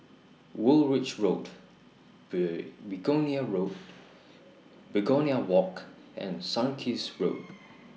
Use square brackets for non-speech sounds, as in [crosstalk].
Woolwich Road [unintelligible] Begonia Road [noise] Begonia Walk and Sarkies Road